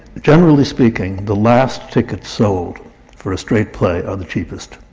generally speaking, the last tickets sold for a straight play are the cheapest.